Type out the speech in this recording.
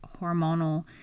hormonal